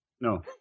No